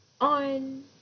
on